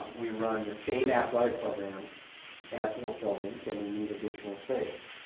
we run the same athletic programs at both buildings and we need additional space.